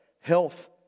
health